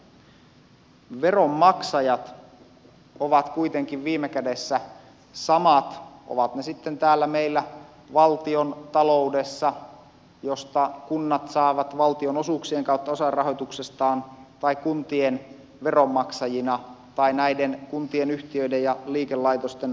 veronmaksajat ovat kuitenkin viime kädessä samat ovat ne sitten täällä meillä valtiontaloudessa josta kunnat saavat valtionosuuksien kautta osan rahoituksestaan tai kuntien veronmaksajina tai näiden kuntien yhtiöiden ja liikelaitosten asiakkaina